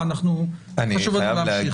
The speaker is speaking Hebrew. חשוב לנו להמשיך.